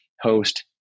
host